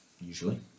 usually